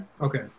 okay